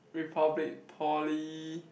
Republic-Poly